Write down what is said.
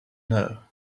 know